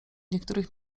niektórych